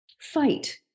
fight